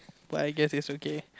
but I guess is okay